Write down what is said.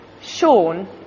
Sean